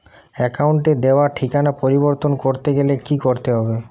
অ্যাকাউন্টে দেওয়া ঠিকানা পরিবর্তন করতে গেলে কি করতে হবে?